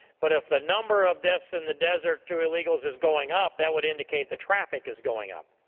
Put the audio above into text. but if the number of deaths in the desert to illegals is going up that would indicate the traffic is going up.